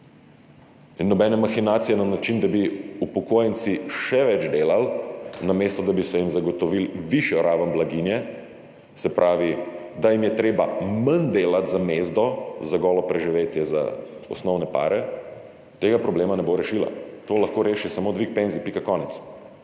In nobena mahinacija na način, da bi upokojenci še več delali, namesto da bi se jim zagotovilo višjo raven blaginje, se pravi, da jim je treba manj delati za mezdo, za golo preživetje, za osnovne pare, tega problema ne bo rešila. To lahko reši samo dvig penzij. Pika, konec.